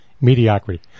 mediocrity